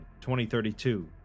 2032